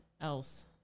else